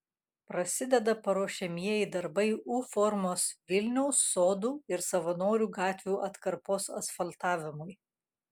prasideda paruošiamieji darbai u formos vilniaus sodų ir savanorių gatvių atkarpos asfaltavimui